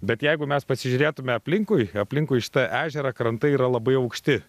bet jeigu mes pasižiūrėtume aplinkui aplinkui šitą ežerą krantai yra labai aukšti